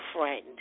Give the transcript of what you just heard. friend